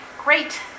Great